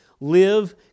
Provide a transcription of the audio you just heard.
live